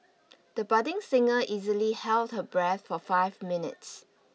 the budding singer easily held her breath for five minutes